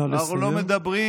אנחנו לא מדברים,